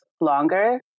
longer